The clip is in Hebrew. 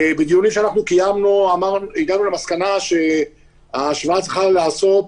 בדיונים שאנחנו קיימנו הגענו למסקנה שההשוואה צריכה להיעשות